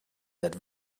that